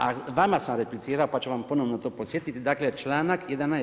A vama sam replicirao, pa ću vam ponovo to podsjetiti, dakle članak 11.